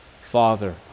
father